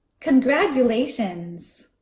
congratulations